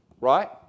Right